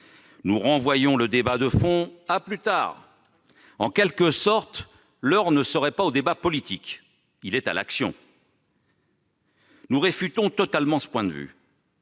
nous renvoyons le débat de fond à plus tard. En quelque sorte, l'heure serait non pas au débat politique, mais à l'action. Nous réfutons totalement ce point de vue